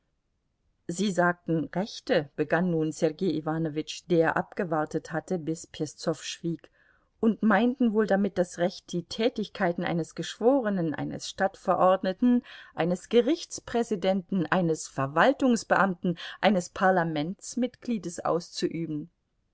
sie sagten rechte begann nun sergei iwanowitsch der abgewartet hatte bis peszow schwieg und meinten wohl damit das recht die tätigkeiten eines geschworenen eines stadtverordneten eines gerichtspräsidenten eines verwaltungsbeamten eines parlamentsmitgliedes auszuüben